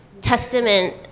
testament